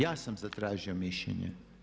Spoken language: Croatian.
Ja sam zatražio mišljenje.